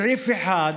סעיף 1,